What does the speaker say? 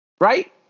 Right